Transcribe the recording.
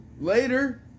Later